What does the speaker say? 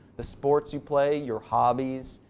the sports you play, your hobbies,